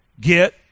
get